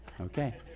Okay